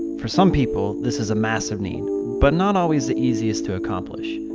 for some people, this is a massive need but not always the easiest to accomplish.